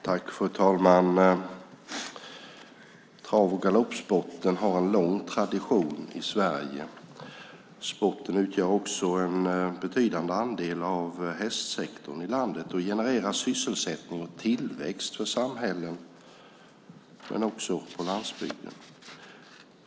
Fru talman! Trav och galoppsporten har en lång tradition i Sverige. Sporten utgör också en betydande andel av hästsektorn i landet och genererar sysselsättning och tillväxt för samhällen men också på landsbygden.